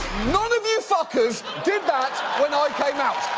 none of you fuckers did that when ah i came out.